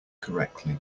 correctly